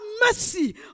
mercy